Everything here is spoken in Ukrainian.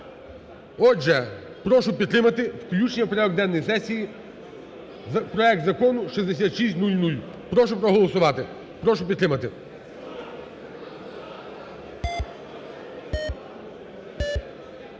Отже, прошу підтримати включення в порядок денний сесії проект Закону 6600. Прошу проголосувати. Прошу підтримати.